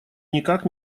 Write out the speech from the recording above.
никак